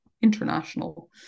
international